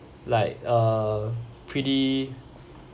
like uh pretty